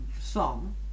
song